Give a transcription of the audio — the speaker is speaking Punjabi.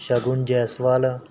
ਸ਼ਗੁਨ ਜੈਸਵਾਲ